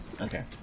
Okay